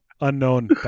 Unknown